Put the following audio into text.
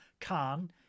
Khan